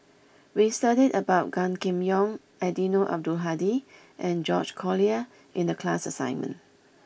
we studied about Gan Kim Yong Eddino Abdul Hadi and George Collyer in the class assignment